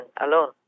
alone